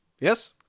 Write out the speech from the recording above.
Yes